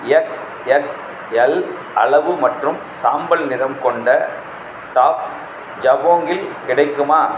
XXL அளவு மற்றும் சாம்பல் நிறம் கொண்ட டாப் ஜபோங்கில் கிடைக்குமா